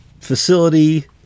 facility